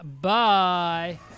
Bye